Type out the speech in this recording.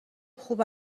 خوب